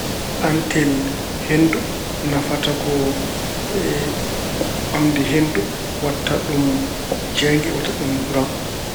Antel henndu nafata ko ɓamde henndu waɗta ɗum jeeynge, waɗta ɗum kuraŋ.